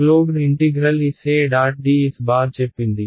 dSచెప్పింది